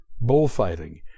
bullfighting